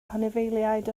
anifeiliaid